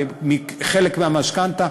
חלק מהמשכנתה,